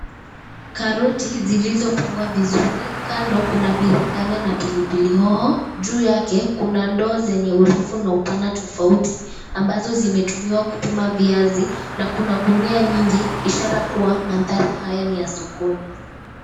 Karoti zilizopangwa vizuri kando kuna biringanya na pilipili hoho juu yake kuna ndoo zenye urefu na upana tofauti ambazo zimetumiwa kupima viazi na kuna gunia nyingi ishara kuwa mandara haya niya sokoni.